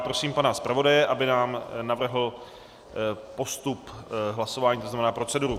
Prosím pana zpravodaje, aby nám navrhl postup hlasování, to znamená proceduru.